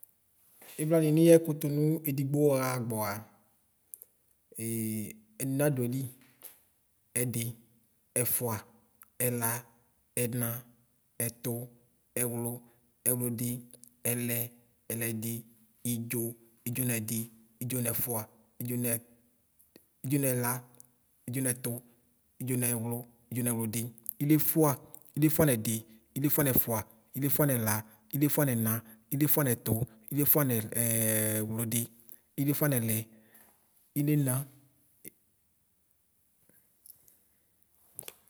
Lxlan nixɛkʋ tʋnʋ edigbo yɔxa gbɔwa enadoni ɛɖi ɛfʋa ɛla ɛna ɛtʋ ɛwlʋ ɛlʋlʋdi ɛlɛ ɛlɛdi ldʒo ldʒo nɛdi ldʒo nɛfʋa ldʒo Nile ldʒo nɛna ldʒo nɛtʋ ldʒo nɛwlʋ ldʒo nɛwlʋdi iliefʋa iliefa nɛdi iliefʋa nɛfʋa iliefʋa nɛla iliefʋa nɛna iliefʋa nɛtʋ iliefʋa nʋ ɛwlʋdi iliefʋa nɛlɛ, iliela.